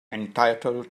entitled